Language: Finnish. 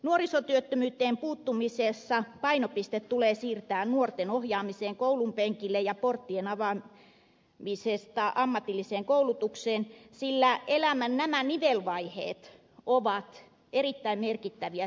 nuorisotyöttömyyteen puuttumisessa painopiste tulee siirtää nuorten ohjaamiseen koulunpenkille ja porttien avaamiseen ammatilliseen koulutukseen sillä nämä elämän nivelvaiheet ovat erittäin merkittäviä syrjäytymisuhan kannalta